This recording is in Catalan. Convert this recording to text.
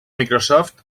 microsoft